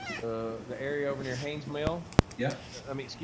the the area over near hanes mill. yeah i mean,